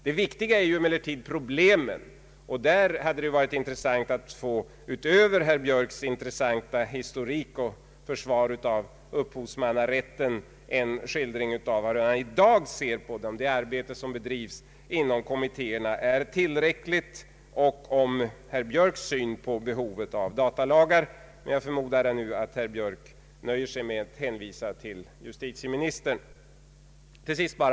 Det viktiga är emellertid problemen, och därför hade det varit intressant att utöver herr Björks intressanta historik och försvar av upphovsrätten få en skildring av hur han i dag ser på det arbete som bedrivs inom kommittéerna, om det är tillräckligt, och om herr Björks syn på behovet av datalagar. Men jag förmodar att herr Björk nöjer sig med att hänvisa till justitieministern.